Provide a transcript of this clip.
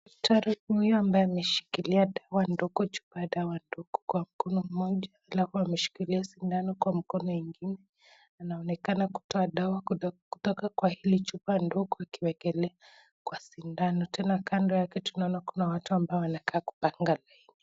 Daktari huyo ambaye ameshikilia dawa ndogo, chupa ya dawa ndogo kwa mkono mmoja, alafu ameshikilia sindano kwa mkono ingine. Anaonekana kutoa dawa kutoka kwa hili chupa ndogo akiwekelea kwa sindano. Tena kando yake tunaona kuna watu ambao wanakaa kupanga laini.